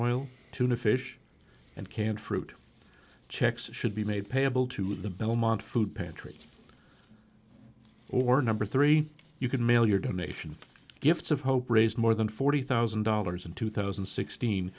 oil tuna fish and canned fruit checks should be made payable to the belmont food pantry or number three you can mail your donation gifts of hope raised more than forty thousand dollars in two thousand